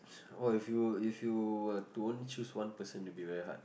oh if you were if you were to only choose one person it would be very hard